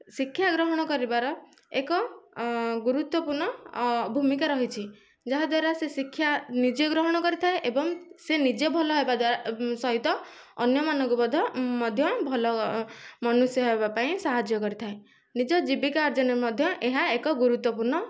ଶିକ୍ଷା ଗ୍ରହଣ କରିବାର ଏକ ଗୁରୁତ୍ୱପୂର୍ଣ୍ଣ ଭୂମିକା ରହିଛି ଯାହାଦ୍ୱାରା ସେ ଶିକ୍ଷା ନିଜେ ଗ୍ରହଣ କରିଥାଏ ଏବଂ ସେ ନିଜେ ଭଲ ହେବା ଦ୍ଵାରା ସହିତ ଅନ୍ୟମାନଙ୍କୁ ମଧ୍ୟ ମଧ୍ୟ ଭଲ ମନ୍ୟୁଷ୍ୟ ହେବା ପାଇଁ ସାହାଯ୍ୟ କରିଥାଏ ନିଜ ଜୀବିକା ଅର୍ଜନରେ ମଧ୍ୟ ଏହା ଏକ ଗୁରୁତ୍ୱପୂର୍ଣ୍ଣ